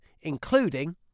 including